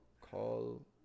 call